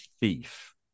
thief